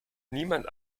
niemand